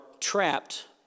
trapped